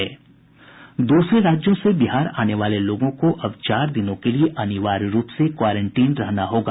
दूसरे राज्यों से बिहार आने वाले लोगों को अब चार दिनों के लिए अनिवार्य रूप से क्वारेंटीन रहना होगा